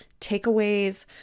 takeaways